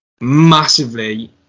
massively